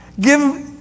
Give